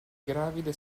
gravide